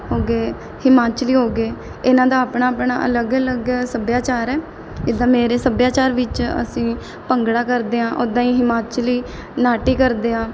ਹੋ ਗਏ ਹਿਮਾਚਲੀ ਹੋ ਗਏ ਇਹਨਾਂ ਦਾ ਆਪਣਾ ਆਪਣਾ ਅਲੱਗ ਅਲੱਗ ਸੱਭਿਆਚਾਰ ਹੈ ਇੱਦਾਂ ਮੇਰੇ ਸੱਭਿਆਚਾਰ ਵਿੱਚ ਅਸੀਂ ਭੰਗੜਾ ਕਰਦੇ ਹਾਂ ਉੱਦਾਂ ਹੀ ਹਿਮਾਚਲੀ ਨਾਟੀ ਕਰਦੇ ਆ